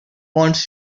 wants